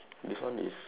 this one is